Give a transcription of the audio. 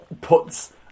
puts